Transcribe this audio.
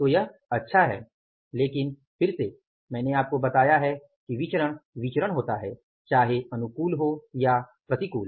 तो यह अच्छा है लेकिन फिर से मैंने आपको बताया है कि विचरण विचरण होता है चाहे अनुकूल हो या प्रतिकूल